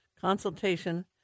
consultation